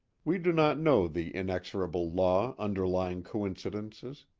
we do not know the inexorable law underlying coincidences.